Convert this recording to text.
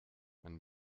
man